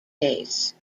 case